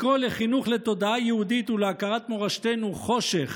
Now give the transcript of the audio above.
לקרוא לחינוך לתודעה יהודית ולהכרת מורשתנו "חושך"